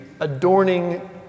adorning